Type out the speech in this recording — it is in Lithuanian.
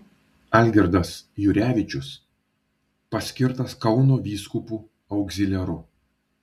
algirdas jurevičius paskirtas kauno vyskupu augziliaru